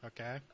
Okay